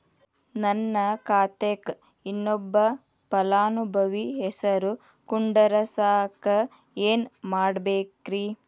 ನನ್ನ ಖಾತೆಕ್ ಇನ್ನೊಬ್ಬ ಫಲಾನುಭವಿ ಹೆಸರು ಕುಂಡರಸಾಕ ಏನ್ ಮಾಡ್ಬೇಕ್ರಿ?